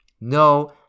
No